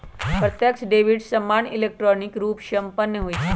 प्रत्यक्ष डेबिट सामान्य इलेक्ट्रॉनिक रूपे संपन्न होइ छइ